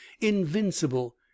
invincible